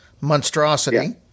monstrosity